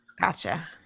gotcha